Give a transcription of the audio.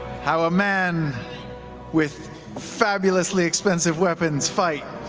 how a man with fabulously expensive weapons fights.